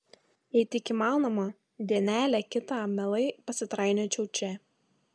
jei tik įmanoma dienelę kitą mielai pasitrainiočiau čia